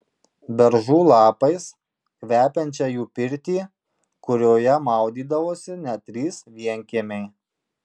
beržų lapais kvepiančią jų pirtį kurioje maudydavosi net trys vienkiemiai